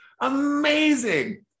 amazing